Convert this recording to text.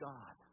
God